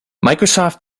microsoft